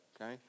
okay